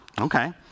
okay